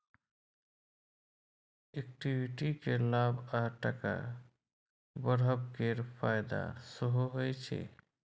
equity केँ लाभ आ टका बढ़ब केर फाएदा सेहो होइ छै